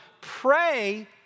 pray